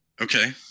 Okay